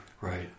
right